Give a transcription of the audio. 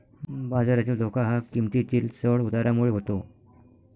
बाजारातील धोका हा किंमतीतील चढ उतारामुळे होतो